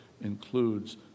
includes